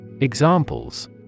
Examples